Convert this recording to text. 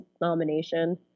nomination